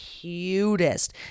cutest